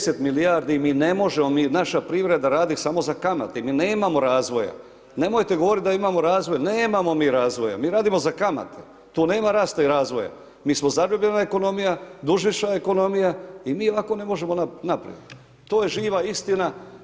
10 milijardi mi ne možemo, naša privreda radi samo za kamate, mi nemamo razvoja, nemojte govoriti da imamo razvoj, nemamo mi razvoja, mi radimo za kamate, tu nema rasta i razvoja, mi smo zarobljena ekonomija, dužnička ekonomija i mi ovako ne možemo naprijed, to je živa istina.